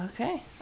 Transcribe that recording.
okay